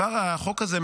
החוק הזה,